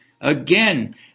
Again